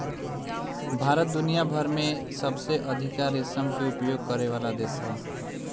भारत दुनिया भर में सबसे अधिका रेशम के उपयोग करेवाला देश ह